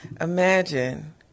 Imagine